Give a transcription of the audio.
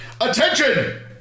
Attention